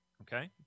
Okay